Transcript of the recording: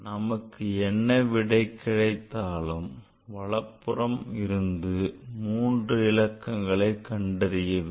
நமக்கு என்ன விடை கிடைத்திருந்தாலும் வலப்புறத்தில் இருந்து மூன்று இலக்கங்களை கண்டறிய வேண்டும்